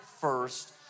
first